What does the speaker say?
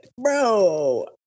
bro